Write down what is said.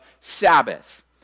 Sabbath